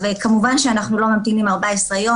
וכמובן שאנחנו לא ממתינים 14 יום,